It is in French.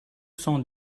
cent